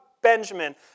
Benjamin